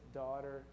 daughter